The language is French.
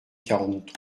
quarante